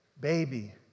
baby